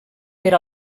per